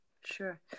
sure